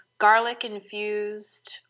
garlic-infused